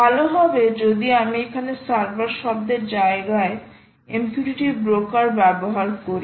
ভালো হবে যদি আমি এখানে সার্ভার শব্দের জায়গায় MQTT ব্রোকার ব্যবহার করি